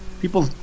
People